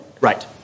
Right